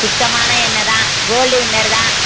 சுத்தமான எண்ணெய் தான் கோல்டு வின்னர் தான்